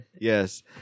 Yes